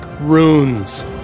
runes